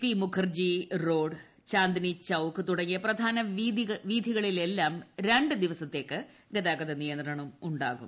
P Mukherjee road Chandni Chowk തുടങ്ങിയ പ്രധാനവീഥികളിലെല്ലാം രണ്ടു ദിവസത്തേയ്ക്ക് ഗതാഗത നിയന്ത്രണമുണ്ടാകും